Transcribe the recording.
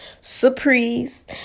Surprise